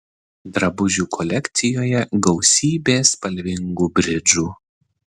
drabužių kolekcijoje gausybė spalvingų bridžų